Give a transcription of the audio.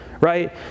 right